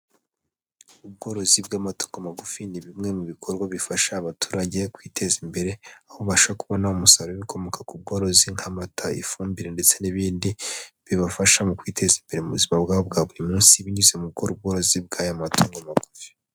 Ubworozi bw'amatuko magufi ni bimwe mu bikorwa bifasha abaturage kwiteza imbere, aho ubasha kubona umusaruro w'ibikomoka ku bworozi nka mata, ifumbire ndetse n'ibindi. Bibafasha mu kwiteza imbere m'ubuzima bwabo bwa buri munsi binyuze mu gukora ubworozi bw'aya matungo magufi.